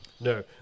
No